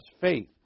faith